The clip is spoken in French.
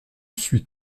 suis